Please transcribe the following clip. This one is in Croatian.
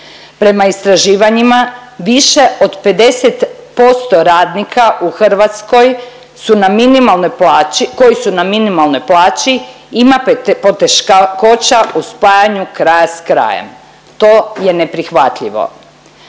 Prema istraživanjima više od 50% radnika u Hrvatskoj su na minimalnom plaći, koji su na minimalnoj plaći ima poteškoća u spajanju kraja s krajem, to je neprihvatljivo.